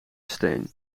steen